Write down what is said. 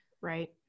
Right